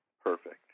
perfect